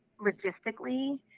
logistically